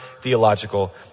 Theological